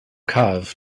calf